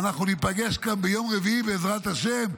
ואנחנו ניפגש כאן ביום רביעי, בעזרת השם,